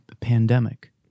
pandemic